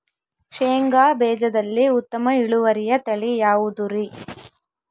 ಶೇಂಗಾ ಬೇಜದಲ್ಲಿ ಉತ್ತಮ ಇಳುವರಿಯ ತಳಿ ಯಾವುದುರಿ?